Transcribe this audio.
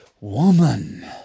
Woman